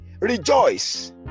rejoice